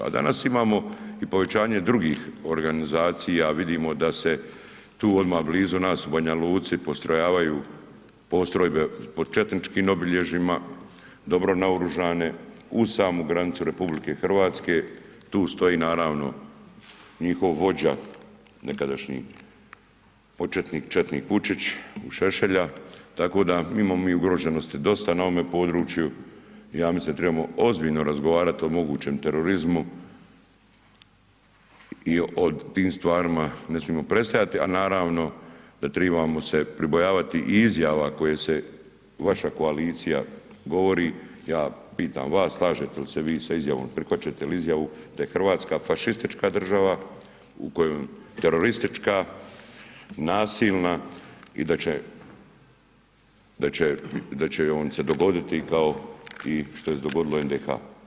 A danas imamo i povećanje drugih organizacija, vidimo da se tu odmah blizu nas u Banja Luci postrojavaju postrojbe pod četničkim obilježjima, dobro naoružane, uz samu granicu RH, tu stoji naravno njihov vođa, nekadašnji početnik četnik Vučić uz Šešelja, tako da imamo mi ugroženosti dosta na ovome području, ja mislim da tribamo ozbiljno razgovarat o mogućem terorizmu i o tim stvarima ne smimo prestajati, a naravno da tribamo se pribojavati izjava koje se vaša koalicija govori, ja pitam vas slažete li se vi sa izjavom, prihvaćate li izjavu da je RH fašistička država, teroristička, nasilna i da će joj se dogoditi kao i što se je dogodilo NDH.